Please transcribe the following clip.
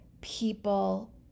people